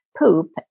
poop